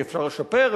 אפשר לשפר,